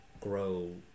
grow